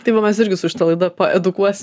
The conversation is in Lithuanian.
tai va mes irgi su šita laida paedukuos